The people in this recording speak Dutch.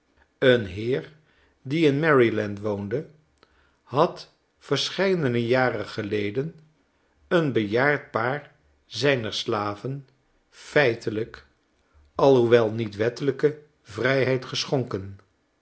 een heer die in maryland woonde had verscheidene jaren gel e den een bejaard paar zijner slaven feitelijke alhoewel niet wettelijke vrijheid geschonken